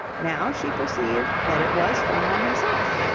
now she perceived that it was fillmore himself.